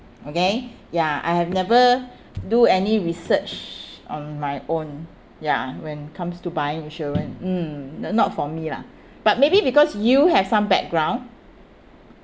okay ya I have never do any research on my own ya when comes to buying insurance mm not for me lah but maybe because you have some background